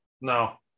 No